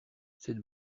cette